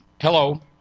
Hello